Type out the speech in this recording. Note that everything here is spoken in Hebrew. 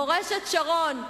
מורשת שרון,